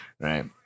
right